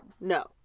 No